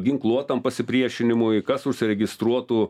ginkluotam pasipriešinimui kas užsiregistruotų